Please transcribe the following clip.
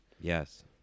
yes